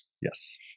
Yes